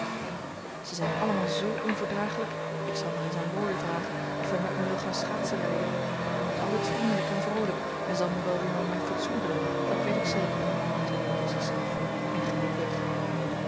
ze zijn allemaal zoo onverdraaglijk ik zal maar eens aan laurie vragen of hij met me wil gaan schaatsenrijden hij is altijd vriendelijk en vroolijk en zal me wel weer in mijn fatsoen brengen dat weet ik zeker zei jo tot zichzelf en ging op weg